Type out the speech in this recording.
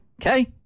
Okay